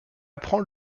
apprend